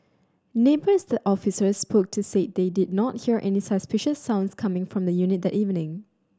neighbours the officers spoke to said they did not hear any suspicious sounds coming from the unit that evening